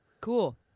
Cool